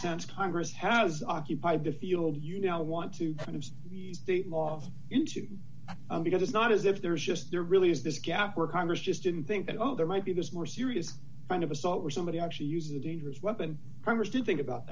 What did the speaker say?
since congress has occupied the field you now want to kind of state law into because it's not as if there's just there really is this gap where congress just didn't think that oh there might be this more serious kind of assault where somebody actually uses a dangerous weapon primers to think about